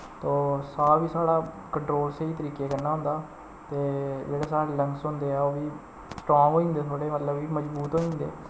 तो साह् बी साढ़ा कंट्रोल स्हेई तरीके कन्नै होंदा ते जेह्ड़े साढ़े लंग्स होंदे ऐ ओह् बी स्ट्रांग होई जंदे थोह्ड़े मतलब कि मजबूत होई जंदे